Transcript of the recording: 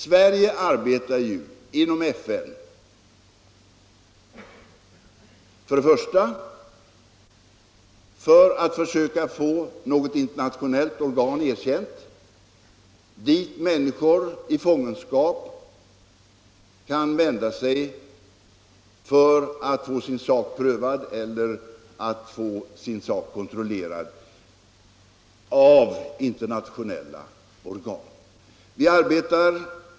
Sverige arbetar ju inom FN för att försöka få till stånd något internationellt organ dit människor i fångenskap kan vända sig för att få sin sak prövad eller kontrollerad.